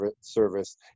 service